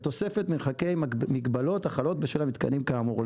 בתוספת מרחקי מגבלות החלות בשל המיתקנים כאמור.